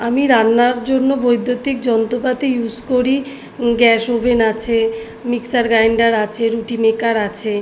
আমি রান্নার জন্য বৈদ্যুতিক যন্ত্রপাতি ইউজ করি গ্যাস ওভেন আছে মিক্সার গ্রাইন্ডার আছে রুটি মেকার আছে